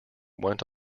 went